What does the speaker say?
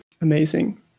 Amazing